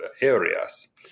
areas